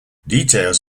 details